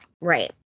Right